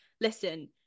listen